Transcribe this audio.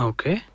Okay